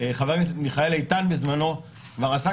חבר הכנסת מיכאל איתן בזמנו כבר עסק